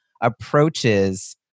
approaches